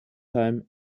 time